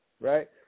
right